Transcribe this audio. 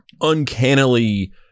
uncannily